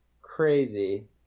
crazy